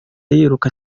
yiruka